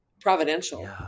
providential